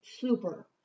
super